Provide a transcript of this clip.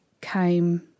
came